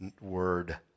word